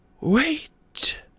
wait